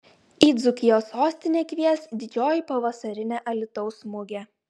į dzūkijos sostinę kvies didžioji pavasarinė alytaus mugė